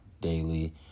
daily